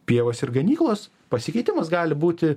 pievos ir ganyklos pasikeitimas gali būti